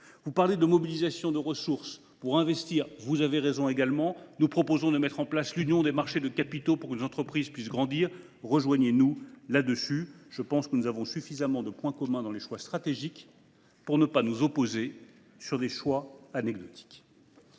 Vous invitez à mobiliser des ressources pour investir : vous avez raison également, c’est pourquoi nous proposons de mettre en place l’union des marchés de capitaux, afin que nos entreprises puissent grandir. Rejoignez nous sur ce point aussi ; il me semble que nous avons suffisamment de points communs dans les choix stratégiques pour ne pas nous opposer sur des choix anecdotiques.